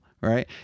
right